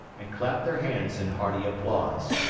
and clapped their hands in hearty applause.